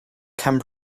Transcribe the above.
can